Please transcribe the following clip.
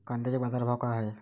कांद्याचे बाजार भाव का हाये?